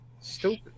stupid